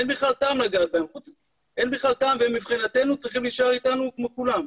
אין בכלל טעם והם מבחינתנו צריכים להישאר איתנו כמו כולם,